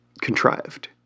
contrived